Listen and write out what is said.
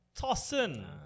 Tossin